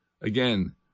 Again